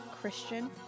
Christian